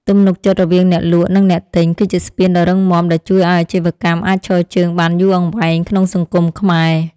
ទំនុកចិត្តរវាងអ្នកលក់និងអ្នកទិញ គឺជាស្ពានដ៏រឹងមាំដែលជួយឱ្យអាជីវកម្មអាចឈរជើងបានយូរអង្វែងក្នុងសង្គមខ្មែរ។